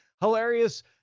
hilarious